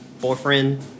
Boyfriend